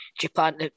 Japan